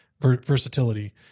versatility